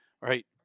right